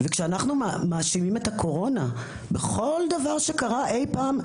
כשאנחנו מאשימים את הקורונה בכל דבר שקרה אי פה,